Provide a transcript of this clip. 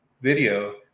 Video